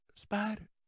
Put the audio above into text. Spider